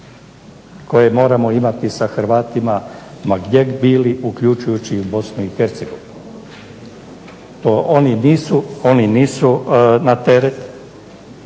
koje moramo imati sa Hrvatima ma gdje bili, uključujući i BiH. Oni nisu na teret